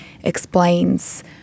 explains